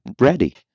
ready